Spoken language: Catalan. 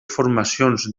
formacions